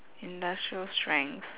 industrial strength